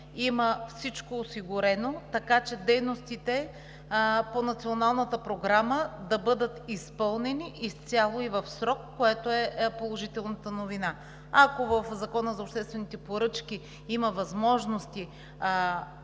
има всичко осигурено, така че дейностите по Националната програма да бъдат изпълнени изцяло и в срок, което е положителната новина. Ако в Закона за обществените поръчки има възможности